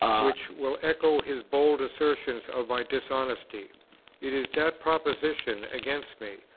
which will echo his bold assertion of my dishonesty it is that prepossession against me,